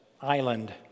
Island